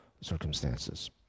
circumstances